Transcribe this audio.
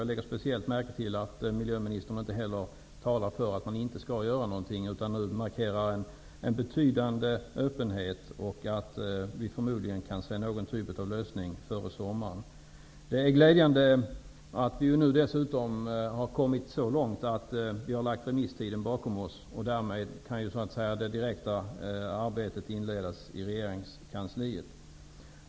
Jag lägger speciellt märke till att miljöministern inte heller talar för att man inte skall göra någonting, utan markerar en betydande öppenhet och säger att vi förmodligen kan se någon typ av lösning före sommaren. Det är glädjande att vi nu dessutom har kommit så långt att vi har lagt remisstiden bakom oss. Därmed kan det direkta arbetet inledas i regeringskansliet.